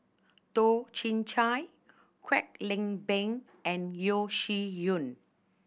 Toh Chin Chye Kwek Leng Beng and Yeo Shih Yun